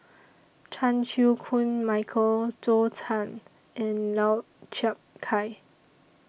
Chan Chew Koon Michael Zhou Can and Lau Chiap Khai